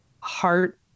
heart